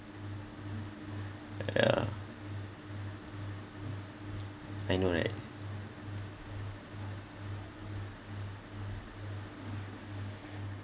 yeah I know right